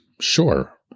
sure